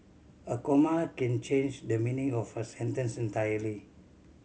a comma can change the meaning of a sentence entirely